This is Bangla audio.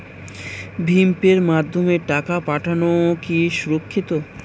ভিম পের মাধ্যমে টাকা পাঠানো কি সুরক্ষিত?